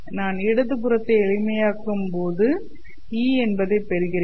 நான் இடது புறத்தை எளிமையாக்கும் போது 2E என்பதை பெறுகிறேன்